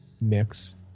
mix